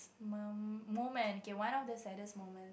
~dest moment okay one of the saddest moment